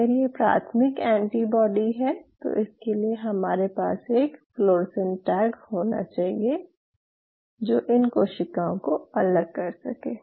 अगर ये प्राथमिक एंटीबॉडी है तो इसके लिए हमारे पास एक फ्लोरोसेंट टैग होना चाहिए जो इन कोशिकाओं को अलग कर सके